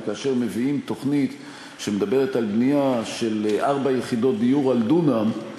וכאשר מביאים תוכנית שמדברת על בנייה של ארבע יחידות דיור על דונם,